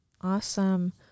Awesome